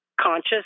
conscious